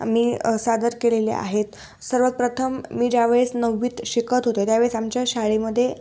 मी सादर केलेले आहेत सर्वप्रथम मी ज्यावेळेस नववीत शिकत होते त्यावेळेस आमच्या शाळेमध्ये